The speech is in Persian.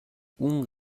اون